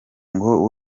ngo